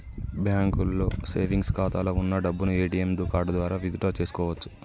బ్యాంకులో సేవెంగ్స్ ఖాతాలో వున్న డబ్బును ఏటీఎం కార్డు ద్వారా విత్ డ్రా చేసుకోవచ్చు